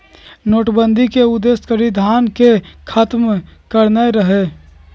नोटबन्दि के उद्देश्य कारीधन के खत्म करनाइ रहै